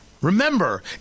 Remember